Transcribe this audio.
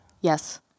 Yes